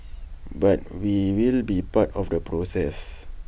but we will be part of the process